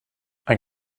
ein